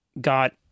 got